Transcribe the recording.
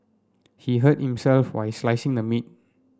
he hurt himself while slicing the meat